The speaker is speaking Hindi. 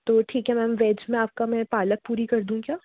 तो ठीक है मैम वेज में आपका मैं पालक पुरी कर दूँ क्या